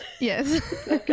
yes